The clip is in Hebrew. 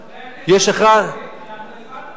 אנחנו הבנו את מה שאמרת.